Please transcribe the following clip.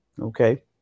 okay